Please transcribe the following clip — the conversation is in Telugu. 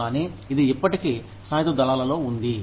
కానీ ఇది ఇప్పటికీ సాయుధ దళాలలో ఉంది